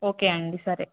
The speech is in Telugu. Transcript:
ఓకే అండి సరే